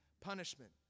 punishment